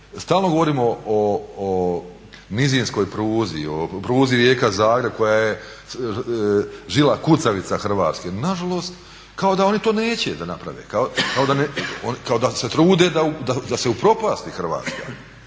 stalno govorimo o nizinskoj pruzi, o pruzi Rijeka-Zagreb koja je žila kucavica Hrvatske, nažalost kao da oni to neće da naprave, kao da se trude da se upropasti Hrvatska.